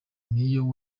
niyo